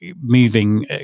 moving